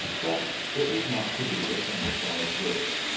but it was not to be as santa claus willed,